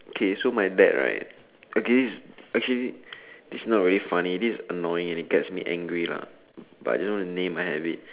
okay so my dad right okay okay this is not very funny this is annoying and it gets me angry lah but I just want to name my habit